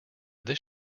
this